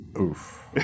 Oof